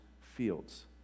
fields